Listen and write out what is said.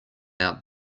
out